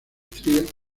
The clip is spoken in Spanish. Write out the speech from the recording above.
maestría